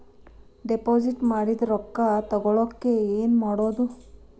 Deposit ಮಾಡಿದ ರೊಕ್ಕ ತಗೋಳಕ್ಕೆ ಏನು ಮಾಡೋದು?